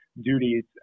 duties